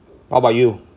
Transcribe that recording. what about you